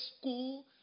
school